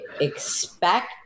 expect